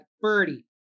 Birdie